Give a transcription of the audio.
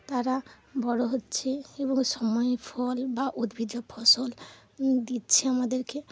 তারা বড়ো হচ্ছে এবং সময়ে ফল বা উদ্ভিজ ফসল দিচ্ছে আমাদেরকে